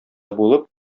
булып